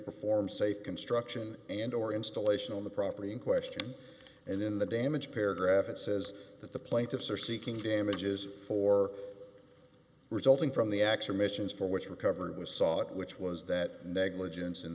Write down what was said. perform safe construction and or installation on the property in question and in the damage paragraph it says that the plaintiffs are seeking damages for resulting from the actual missions for which recovery was sought which was that negligence in